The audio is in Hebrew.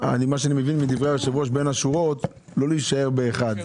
שאני מבין מדברי היושב ראש בין השורות לא להישאר באחד,